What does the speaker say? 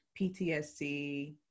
PTSD